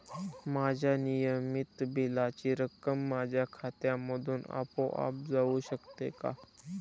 माझ्या नियमित बिलाची रक्कम माझ्या खात्यामधून आपोआप जाऊ शकते का?